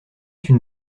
une